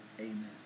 Amen